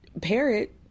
parrot